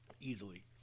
Easily